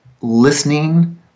listening